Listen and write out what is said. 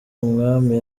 umwami